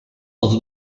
dels